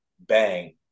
bang